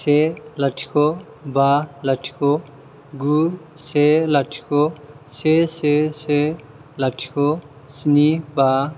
से लाथिख' बा लाथिख' गु से लाथिख' से से से लाथिख' स्नि बा